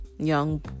young